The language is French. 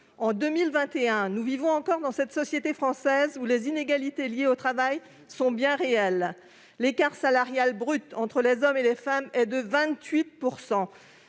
En 2021, dans la société française, les inégalités liées au travail sont bien réelles. L'écart salarial brut entre les hommes et les femmes est de 28 %.